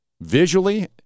visually